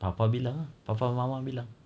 papa bilang ah papa mama bilang